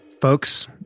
folks